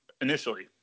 initially